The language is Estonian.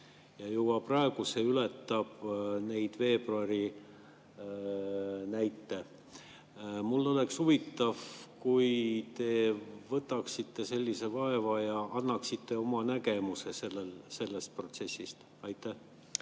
ja juba praegu see ületab veebruari näite. Mul oleks huvitav, kui te võtaksite sellise vaeva ja annaksite oma nägemuse sellest protsessist. Aitäh,